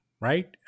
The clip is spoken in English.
right